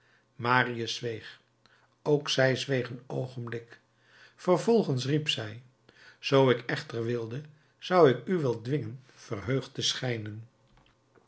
marius zweeg ook zij zweeg een oogenblik vervolgens riep zij zoo ik echter wilde zou ik u wel dwingen verheugd te schijnen